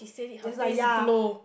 yes ah ya I